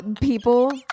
people